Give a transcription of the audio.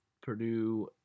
Purdue